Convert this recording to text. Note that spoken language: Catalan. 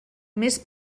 més